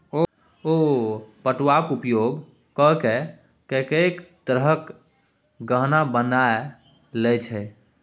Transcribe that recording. ओ पटुआक उपयोग ककए कैक तरहक गहना बना लए छै